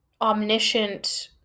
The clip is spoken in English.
omniscient